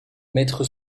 maître